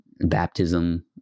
baptism